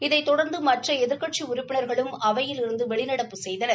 இதைத் தொடர்ந்து மற்ற எதிர்க்கட்சி உறுப்பினர்களும் அவையிலிருந்து வெளிநடப்பு செய்தனர்